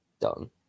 Done